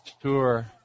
tour